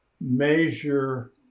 measure